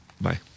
Bye